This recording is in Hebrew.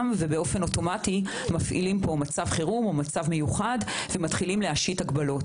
ובאופן אוטומטי מפעילים פה מצב חירום ומתחילים להשית הגבלות.